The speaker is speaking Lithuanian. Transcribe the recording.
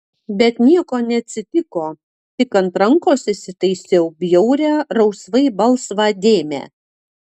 bet nieko neatsitiko tik ant rankos įsitaisiau bjaurią rausvai balsvą dėmę